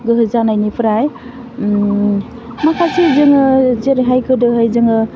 गोहो जानायनिफ्राय माखासे जोङो जेरैहाय गोदोहाय जोङो